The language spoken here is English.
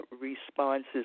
responses